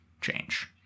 change